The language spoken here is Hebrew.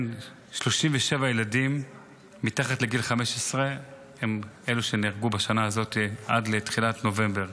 37 ילדים מתחת לגיל 15 הם אלו שנהרגו בשנה הזאת עד לתחילת נובמבר.